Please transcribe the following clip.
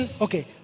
okay